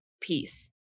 peace